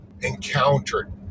encountered